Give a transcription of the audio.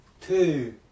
two